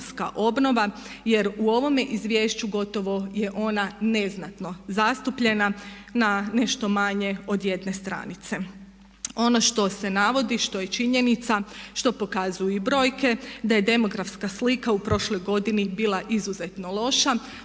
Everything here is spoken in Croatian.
Jer u ovome izvješću gotovo je ona neznatno zastupljena na nešto manje od jedne stranice. Ono što se navodi, što je činjenica što pokazuju i brojke da je demografska slika u prošloj godini bila izuzetno loša.